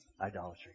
idolatry